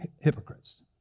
hypocrites